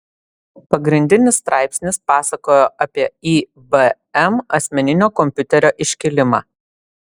pagrindinis straipsnis pasakojo apie ibm asmeninio kompiuterio iškilimą